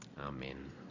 Amen